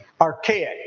archaic